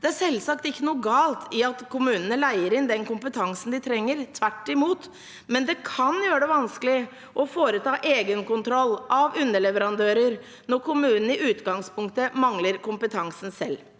Det er selvsagt ikke noe galt i at kommunene leier inn den kompetansen de trenger, tvert imot, men det kan gjøre det vanskelig å foreta egenkontroll av underleverandører når kommunen i utgangspunktet mangler kompetansen selv.